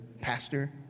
pastor